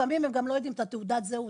לפעמים הם גם לא יודעים את תעודת הזהות,